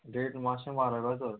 rate मातशें म्हारग आसत